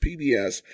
PBS